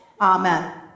Amen